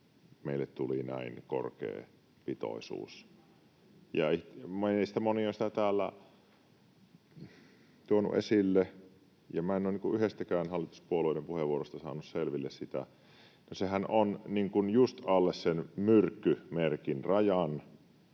Pekonen: Aivan!] Meistä moni on sitä täällä tuonut esille, ja minä en ole yhdestäkään hallituspuolueiden puheenvuorosta saanut selville sitä. Sehän on just alle sen myrkkymerkin rajan.